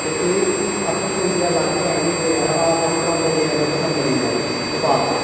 ते ओह् भी अस धोइयै लाचै बगैरा इनें ई बगैरा अगर पसंद नेईं आए